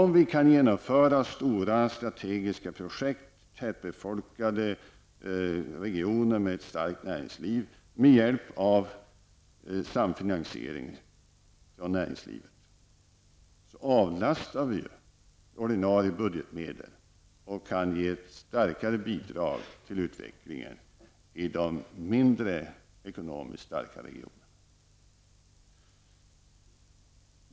Om vi kan genomföra stora strategiska projekt i tätbefolkade regioner med ett starkt näringsliv med hjälp av samfinansiering från näringslivet, avlastar vi ju ordinarie budgetmedel och kan därmed ge ett starkare bidrag till utvecklingen i de ekonomiskt mindre starka regionerna.